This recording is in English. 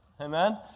amen